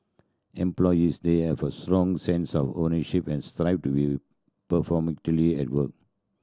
employees there have a strong sense of ownership and strive to be at work